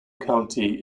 county